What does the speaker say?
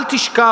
אל תשכח,